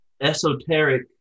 esoteric